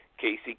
Casey